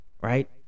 right